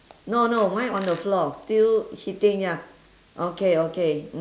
no no mine on the floor still hitting ya okay okay